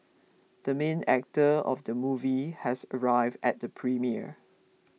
the main actor of the movie has arrived at the premiere